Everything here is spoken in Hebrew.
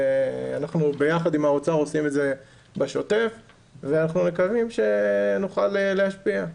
אנחנו ביחד עם האוצר עושים את זה בשוטף ואנחנו מקווים שנוכל להשפיע.